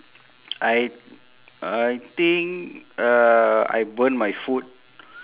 I I think uh I burn my food